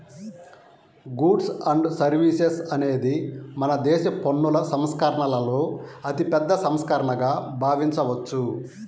goods and services అనేది మనదేశ పన్నుల సంస్కరణలలో అతిపెద్ద సంస్కరణగా భావించవచ్చు